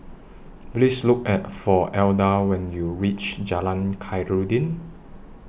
Please Look At For Alda when YOU REACH Jalan Khairuddin